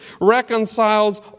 reconciles